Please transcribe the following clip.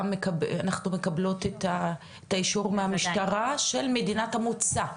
מקבלות את האישור מהמשטרה של מדינת המוצא?